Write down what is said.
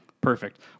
Perfect